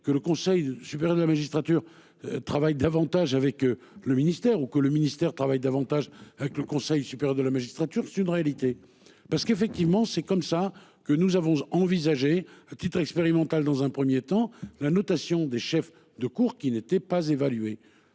que le Conseil supérieur de la magistrature travaille davantage avec le ministère ou que le ministère travaille davantage avec le Conseil supérieur de la magistrature, c'est une réalité parce qu'effectivement, c'est comme ça que nous avons envisagé à titre expérimental dans un premier temps la notation des chefs de cour qui n'était pas évaluer.